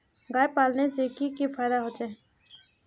गाय पालने से की की फायदा होचे?